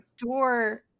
adore